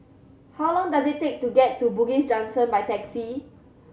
how long does it take to get to Bugis Junction by taxi